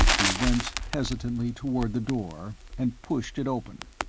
he went hesitantly toward the door, and pushed it open.